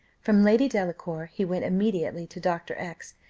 from lady delacour he went immediately to dr. x,